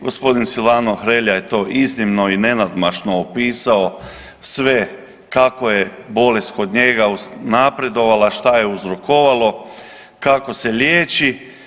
Gospodin Silvano Hrelja je to iznimno i nenadmašno opisao sve kako je bolest kod njega napredovala, šta je uzrokovalo, kako se liječi.